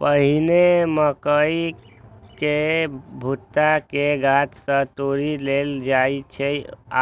पहिने मकइ केर भुट्टा कें गाछ सं तोड़ि लेल जाइ छै